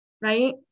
right